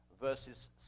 verses